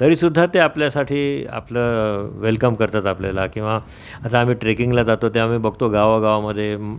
तरीसुद्धा ते आपल्यासाठी आपलं वेलकम करतात आपल्याला किंवा आता आम्ही ट्रेकिंगला जातो ते आम्ही बघतो गावागावामध्ये